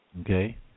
Okay